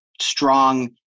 strong